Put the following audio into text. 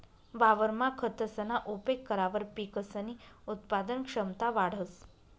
वावरमा खतसना उपेग करावर पिकसनी उत्पादन क्षमता वाढंस